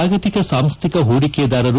ಜಾಗತಿಕ ಸಾಂಸ್ವಿಕ ಹೂಡಿಕೆದಾರರು